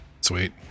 sweet